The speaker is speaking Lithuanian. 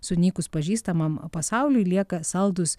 sunykus pažįstamam pasauliui lieka saldūs